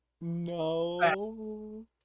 No